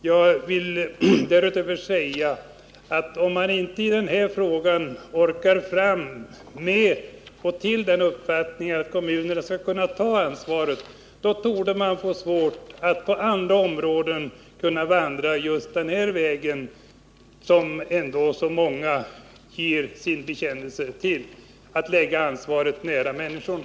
Jag vill därutöver säga att om man inte i den här frågan når fram till den uppfattningen att kommunerna skall kunna ta ansvaret, då torde man få svårt att på andra områden vandra den vägen, som ändå så många bekänner sig till — att lägga ansvaret nära människorna.